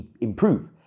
improve